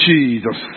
Jesus